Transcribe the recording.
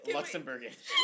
Luxembourgish